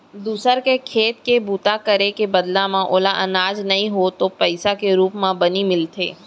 दूसर के खेत के बूता करे के बदला म ओला अनाज नइ तो पइसा के रूप म बनी मिलथे